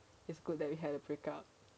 it's good that we had to break up